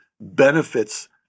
benefits